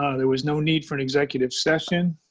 ah there was no need for an executive session,